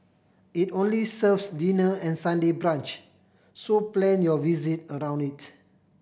it only serves dinner and Sunday brunch so plan your visit around it